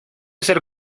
ser